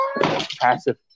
passive